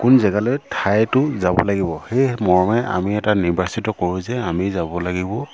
কোন জেগালৈ ঠাইটো যাব লাগিব সেই মৰ্মে আমি এটা নিৰ্বাচিত কৰোঁ যে আমি যাব লাগিব